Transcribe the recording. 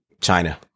China